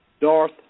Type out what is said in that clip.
Darth